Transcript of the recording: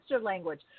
language